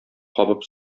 кабып